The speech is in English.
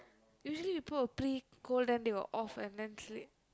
usually we put a pre cold then they will off and then sleep